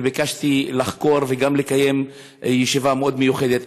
וביקשתי לחקור וגם לקיים ישיבה מאוד מיוחדת.